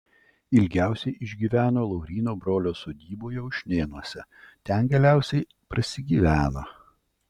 ilgiausiai išgyveno lauryno brolio sodyboje ušnėnuose ten galiausiai prasigyveno